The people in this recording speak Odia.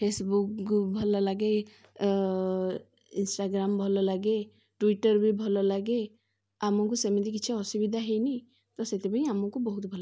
ଫେସବୁକ୍ ଭଲ ଲାଗେ ଇନଷ୍ଟାଗ୍ରାମ୍ ଭଲ ଲାଗେ ଟୁଇଟର୍ ବି ଭଲ ଲାଗେ ଆମକୁ ସେମିତି କିଛି ଅସୁବିଧା ହେଇନି ତ ସେଥିପାଇଁ ଆମକୁ ବହୁତ ଭଲ ଲାଗେ